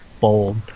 bold